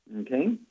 okay